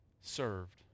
served